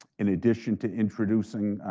in addition to introducing